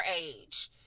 age